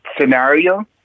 scenario